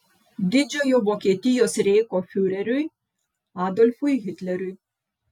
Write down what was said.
didžiojo vokietijos reicho fiureriui adolfui hitleriui